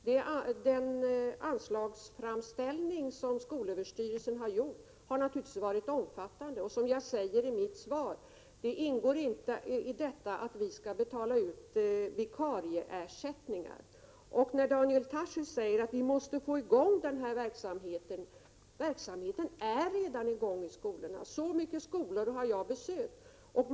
Den anslagsframställning som skolöverstyrelsen har gjort var naturligtvis omfattande, och vi har, som jag säger i mitt svar, avslagit ansökan om att vi skall betala ut vikarieersättningar. Daniel Tarschys säger att vi måste få i gång denna verksamhet. Verksamheten är redan i gång i skolorna. Jag har besökt så många skolor att jag kan säga det.